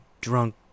drunk